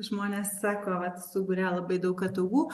žmonės sako vat sukuria labai daug ataugų